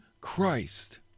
Christ